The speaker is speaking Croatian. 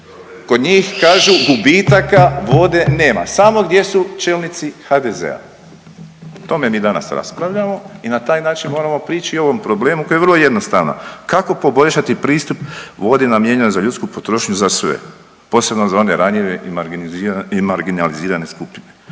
Kod njih kažu gubitaka vode nema, samo gdje su čelnici HDZ-a, o tome mi danas raspravljamo i na taj način moramo prići ovom problemu koji je vrlo jednostavan, kako poboljšati pristup vodi namijenjenoj za ljudsku potrošnju za sve, posebno za one ranjive i marginalizirane skupine